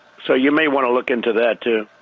so you may want to look into that, too.